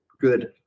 good